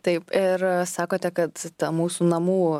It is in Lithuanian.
taip ir sakote kad ta mūsų namų